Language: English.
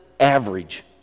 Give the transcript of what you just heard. average